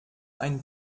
ein